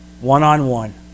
one-on-one